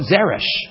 Zeresh